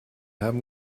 haben